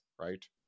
Right